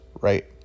right